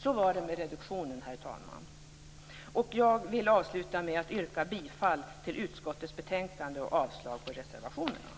Så var det med reduktionen, herr talman. Jag vill avsluta med att yrka bifall till utskottets hemställan och avslag på reservationerna.